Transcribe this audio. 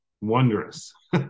wondrous